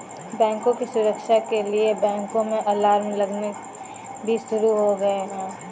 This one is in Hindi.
बैंकों की सुरक्षा के लिए बैंकों में अलार्म लगने भी शुरू हो गए हैं